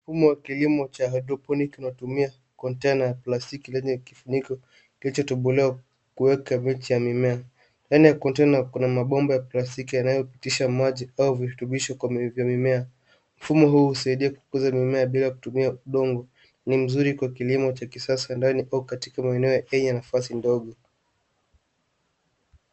Mfumo wa kilimo cha hydrophonic unatumia kontena la plastiki lenye kifuniko cha kifiniki kuweka mimea. Ndani ya kontena kuna mabomba ya plastiki yanayopitisha maji au virutubisho kwa mimea. Mfumo huu husaidia kukuza mimea bila kutumia udongo. Ni mzuri kwa kilimo cha kisasa au kwa mtu binafsi anayefanya kilimo cha nyumbani.